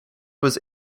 was